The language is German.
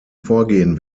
vorgehen